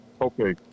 Okay